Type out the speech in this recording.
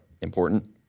important